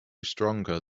stronger